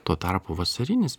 tuo tarpu vasarinis